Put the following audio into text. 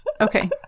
Okay